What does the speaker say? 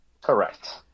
Correct